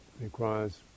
requires